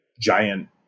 giant